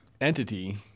entity